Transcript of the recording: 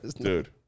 dude